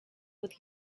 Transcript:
with